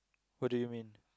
what do you mean